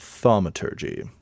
thaumaturgy